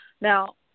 Now